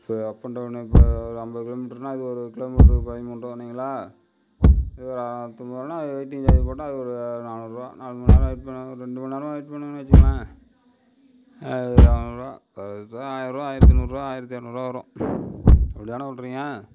சரி up and down இப்போ ஒரு ஐம்பது கிலோமீட்டருனால் அது ஒரு கிலோமீட்டருக்கு பதிமூன்றுவான்னிங்களா இது ஒரு நானுாற்றி அம்பது ரூபானா அது வெயிடிங் சார்ஜ் போட்டால் அது ஒரு நானூறு ரூபா நாலு மணி நேரம் இப்போ ரெண்டு மணி நேரம் வெயிட் பண்ணுறிங்கனு வைச்சுக்கோங்களே அது எவ்வளோ வருகுதோ ஆயிரம் ரூபா ஆயிரத்து நுாறு ரூபா ஆயிரத்து இரனூறு ரூபா வரும் அப்படிதான சொல்கிறீங்க